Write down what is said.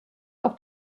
auf